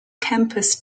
campus